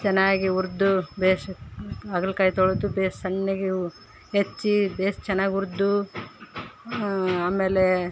ಚೆನ್ನಾಗಿ ಹುರಿದು ಭೇಷ್ ಹಾಗಲ್ಕಾಯಿ ತೊಳೆದು ಭೇಷ್ ಸಣ್ಣಗೆ ಹ್ಞೂ ಹೆಚ್ಚಿ ಭೇಷ್ ಚೆನ್ನಾಗ್ ಹುರಿದು ಆಮೇಲೆ